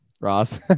ross